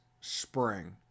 spring